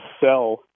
sell